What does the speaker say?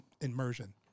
immersion